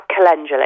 calendula